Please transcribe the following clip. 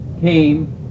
came